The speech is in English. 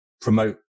promote